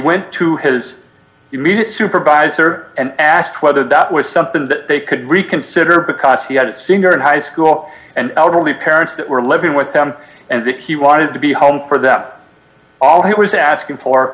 went to his immediate supervisor and asked whether that was something that they could reconsider because he had a senior in high school and elderly parents that were living with them and that he wanted to be home for them all he was asking for